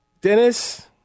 Dennis